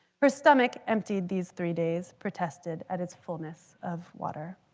her stomach, emptied these three days, protested at its fullness of water.